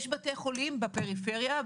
יש בתי חולים בפריפריה,